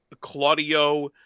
Claudio